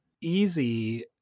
easy